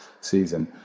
season